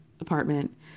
apartment